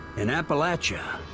in appalachia,